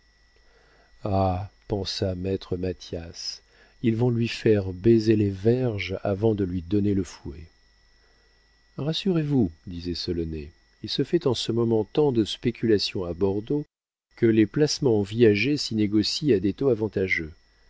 pensa maître mathias ils vont lui faire baiser les verges avant de lui donner le fouet rassurez-vous disait solonet il se fait en ce moment tant de spéculations à bordeaux que les placements en viager s'y négocient à des taux avantageux